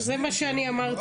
זה מה שאני אמרתי.